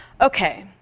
Okay